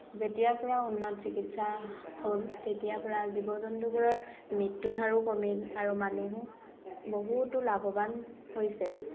যেতিয়াৰ পৰা উন্নত চিকিৎসা হ'ল তেতিয়াৰ পৰা জীৱ জন্তুবোৰৰ মৃত্যু হাৰো কমিল আৰু মানুহো বহুতো লাভৱান হৈছে